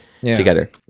together